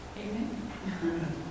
Amen